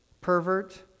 pervert